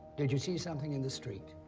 did you see something in the street?